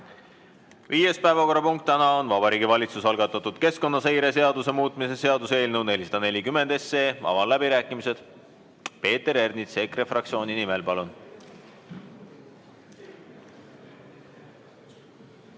Viies päevakorrapunkt täna on Vabariigi Valitsuse algatatud keskkonnaseire seaduse muutmise seaduse eelnõu 440. Avan läbirääkimised. Peeter Ernits EKRE fraktsiooni nimel, palun!